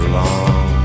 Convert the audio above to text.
long